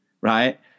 right